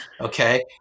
okay